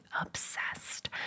obsessed